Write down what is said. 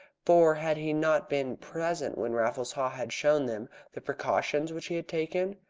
for had he not been present when raffles haw had shown them the precautions which he had taken?